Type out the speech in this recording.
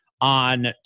on